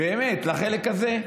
באמת, לחלק הזה.